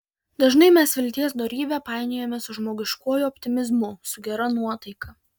dažnai mes vilties dorybę painiojame su žmogiškuoju optimizmu su gera nuotaika